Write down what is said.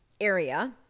area